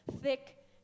thick